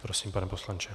Prosím, pane poslanče.